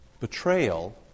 Betrayal